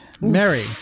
Mary